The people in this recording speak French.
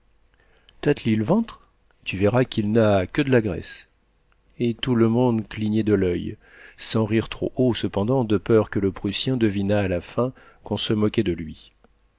li l'ventre tu verras qu'il n'a que d'la graisse et tout le monde clignait de l'oeil sans rire trop haut cependant de peur que le prussien devinât à la fin qu'on se moquait de lui